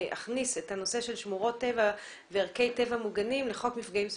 הכנסת הנושא של שמורות הטבע וערכי טבע מוגנים לחוק מפגעים סביבתיים.